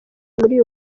muri